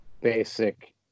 basic